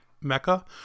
mecca